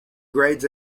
grades